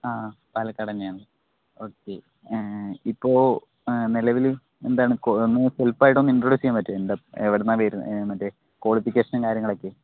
ആ ആ പാലക്കാട് തന്നെ ആണ് ഒക്കെ ഇപ്പോൾ നിലവിൽ എന്താണ് ഒന്ന് ബ്രീഫ് ആയിട്ട് ഒന്ന് ഇൻട്രോഡ്യൂസ് ചെയ്യാൻ പറ്റുമോ എന്താണ് എവിടെ നിന്നാണ് വരുന്നത് എന്നൊക്കെ ക്വാളിഫിക്കേഷനും കാര്യങ്ങളൊക്കെ